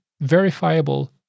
verifiable